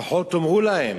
לפחות תאמרו להם